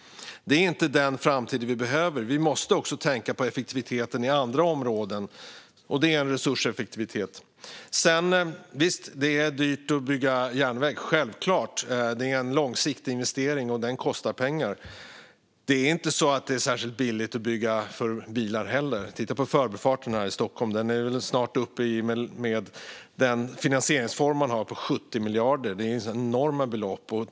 Det är inte den framtid vi behöver. Vi måste också tänka på effektiviteten på andra områden. Det är en resurseffektivitet. Det är självklart dyrt att bygga järnväg. Det är en långsiktig investering, och den kostar pengar. Det är heller inte särskilt billigt att bygga för bilar. Titta på Förbifarten här i Stockholm. Med den finansieringsform man har är den snart uppe i 70 miljarder. Det är enorma belopp.